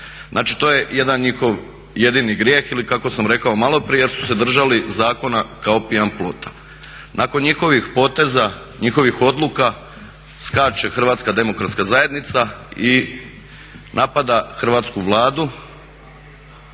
Znači to je jedan njihov jedini grijeh ili kako sam rekao malo prije jer su se držali zakona kao pijan plota. Nakon njihovih poteza, njihovih odluka skače HDZ i napada hrvatsku Vladu